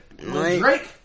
Drake